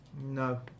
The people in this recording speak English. no